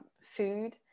food